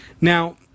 Now